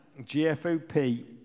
GFOP